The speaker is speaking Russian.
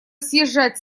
съезжать